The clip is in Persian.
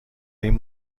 این